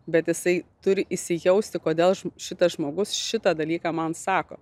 bet jisai turi įsijausti kodėl šitas žmogus šitą dalyką man sako